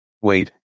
Wait